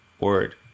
Word